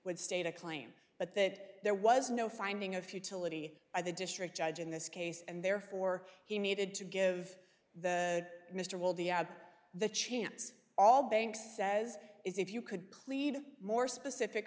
would state a claim but that there was no finding of futility by the district judge in this case and therefore he needed to give the mr will the i have the chance all banks says is if you could plead more specific